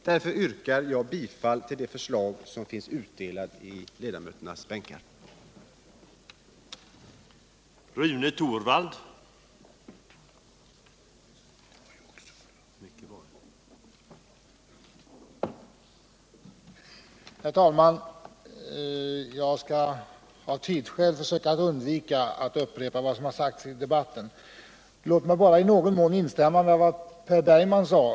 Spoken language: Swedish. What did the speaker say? Därför yrkar jag bifall till det förslag som finns utdelat i ledamöternas bänkar, nämligen a) uttalar sig för en statlig etablering inom rederinäringen för att skapa en stabil ekonomisk utveckling, b) uttalar sig för att den svenska varvsnäringen ges de långfristiga kreditgarantier som erfordras för att säkra sysselsättningen och för att densamma skall kunna upprätthållas genom produktion av alternativa produkter, c) uttalar sig för att långsiktiga lån och kreditgarantier skall lämnas till projekt inom varvsoch rederinäringen till intresserade länder i enlighet med vad som anförs i motionen.